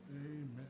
Amen